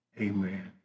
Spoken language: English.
amen